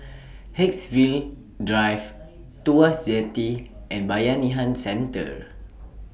Haigsville Drive Tuas Jetty and Bayanihan Centre